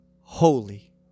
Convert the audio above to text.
holy